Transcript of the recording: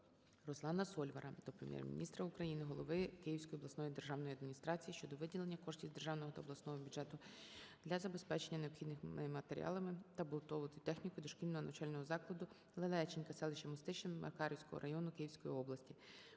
РусланаСольвара до Прем'єр-міністра України, голови Київської обласної державної адміністрації щодо виділення коштів з державного та обласного бюджетів для забезпечення необхідними матеріалами та побутовою технікою дошкільного навчального закладу "Лелеченька" селища Мостище Макарівського району Київської області.